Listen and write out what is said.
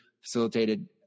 facilitated